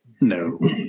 No